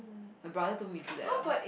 my brother told me to do that ah